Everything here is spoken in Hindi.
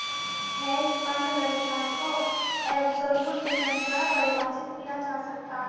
हेज फंड व्यवसाय को एबसोल्यूट रिटर्न द्वारा परिभाषित किया जा सकता है